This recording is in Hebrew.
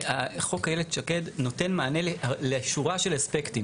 חוק איילת שקד נותן מענה לשורה של אספקטים.